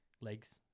legs